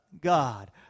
God